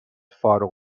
فارغ